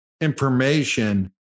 information